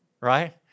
right